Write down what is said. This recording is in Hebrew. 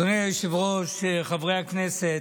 אדוני היושב-ראש, חברי הכנסת,